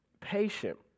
patient